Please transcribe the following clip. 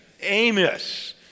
Amos